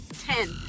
Ten